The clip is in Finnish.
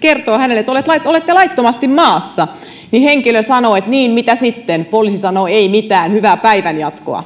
kertoo hänelle että olette laittomasti maassa niin henkilö sanoo että niin mitä sitten ja poliisi sanoo että ei mitään hyvää päivänjatkoa